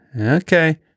Okay